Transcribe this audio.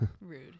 Rude